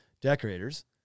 Decorators